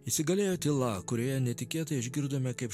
įsigalėjo tyla kurioje netikėtai išgirdome kaip